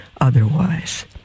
otherwise